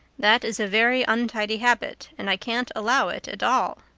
that is a very untidy habit, and i can't allow it at all.